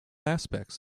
aspects